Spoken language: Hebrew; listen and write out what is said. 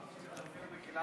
מגילת העצמאות.